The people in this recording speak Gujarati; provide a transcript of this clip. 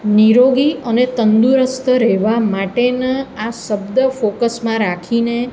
નિરોગી અને તંદુરસ્ત રહેવા માટેના આ શબ્દ ફોકસમાં રાખીને